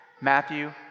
Matthew